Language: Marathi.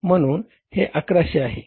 म्ह्णून हे 1100 आहे